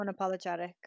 unapologetic